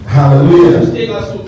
Hallelujah